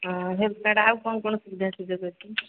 ହଁ health card ଆଉ କ'ଣ କଣ ସୁବିଧା ଅଛି ତେବେ